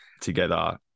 together